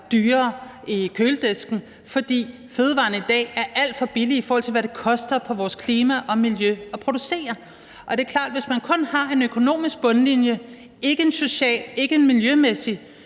dyrere i køledisken, for fødevarerne i dag er alt for billige, i forhold til hvad det koster for vores klima og miljø at producere dem. Det er klart, at hvis man kun har en økonomisk bundlinje, ikke en social og ikke en miljømæssig,